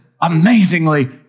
amazingly